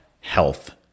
health